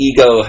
Ego